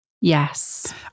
Yes